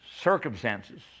Circumstances